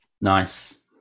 Nice